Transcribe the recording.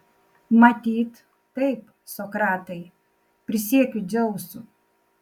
matyt taip sokratai prisiekiu dzeusu